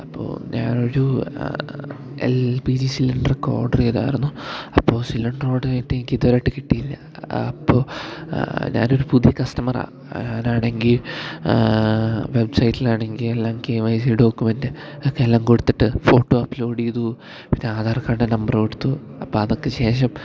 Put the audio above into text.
അപ്പോൾ ഞാനൊരു L P G cylinder ഒക്കെ ഓഡ്റ് ചെയ്തായിരുന്നു അപ്പോൾ സിൽണ്ട്ര് ഓഡ്ര് ചെയ്തിട്ട് എനിക്ക് ഇതുവരെയായിട്ട് കിട്ടിയില്ല അപ്പോൾ ഞാനൊരു പുതിയ കസ്റ്റമറാ ഞാൻ ആണെങ്കിൽ വെബ്സൈറ്റിലാണെങ്കിൽ എല്ലാം കേ വൈ സി ഡോക്ക്മെന്റ് ഒക്കെ എല്ലാം കൊടുത്തിട്ട് ഫോട്ടോ അപ്ലോഡ് ചെയ്തു പിന്നെ ആധാർക്കാഡിന്റെ നമ്പറ് കൊടുത്തു അപ്പം അതൊക്കെ ശേഷം